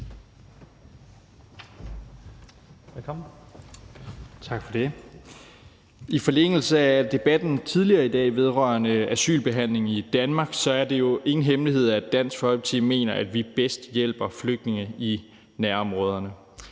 I forlængelse af debatten tidligere i dag vedrørende asylbehandlingen i Danmark er det jo ingen hemmelighed, at Dansk Folkeparti mener, at vi bedst hjælper flygtninge i nærområderne.